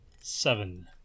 Seven